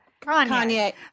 Kanye